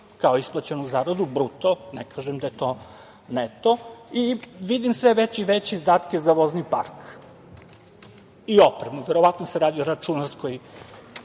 kao isplaćenu zaradu, bruto, ne kažem da je to neto i vidim sve veće i veće izdatke za vozni park i opremu. Verovatno se radi o računarskoj